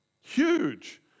huge